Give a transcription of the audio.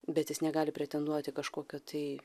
bet jis negali pretenduoti kažkokio tai